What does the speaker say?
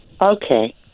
Okay